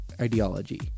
ideology